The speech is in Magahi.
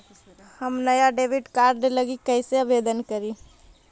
हम नया डेबिट कार्ड लागी कईसे आवेदन करी?